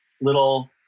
little